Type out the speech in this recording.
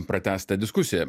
pratęstą diskusiją